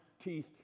teeth